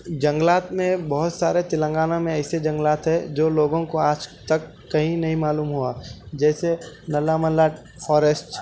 جنگلات میں بہت سارے تلنگانہ میں ایسے جنگلات ہے جو لوگوں کو آج تک کہیں نہیں معلوم ہوا جیسے نلاملا فوریسٹ